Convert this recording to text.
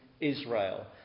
Israel